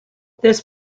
this